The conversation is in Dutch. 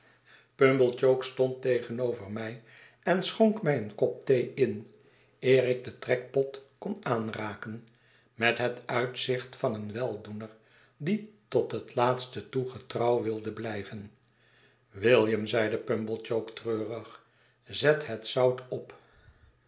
pumblechook stond tegenover mij en schonk mij een kop thee in eer ik den trekpot kon aanraken met het uitzicht van een weldoener die tot het laatste toe getrouw wilde blijven william zeide pumblechook treurig zet het zout op